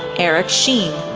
eric sheen,